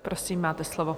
Prosím, máte slovo.